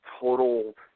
total